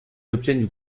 obtiennent